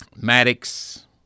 Maddox